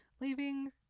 leaving